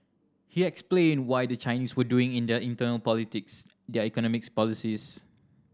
he explained why the Chinese were doing in their internal politics their economic policies